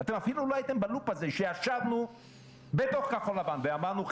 אתם אפילו לא הייתם בלופ הזה שישבנו בתוך כחול לבן ואמרנו,